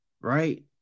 right